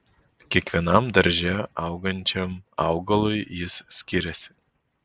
kiekvienam darže augančiam augalui jis skiriasi